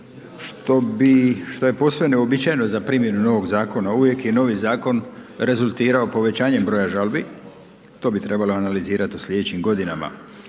što je posve neuobičajeno za primjenu novog zakona. Uvijek je novi zakon rezultirao povećanjem broja žalbi, to bi trebalo analizirat u slijedećim godinama.